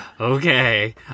Okay